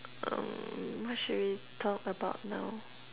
um what should we talk about now